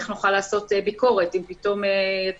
איך נוכל לעשות ביקורת אם פתאום יתקינו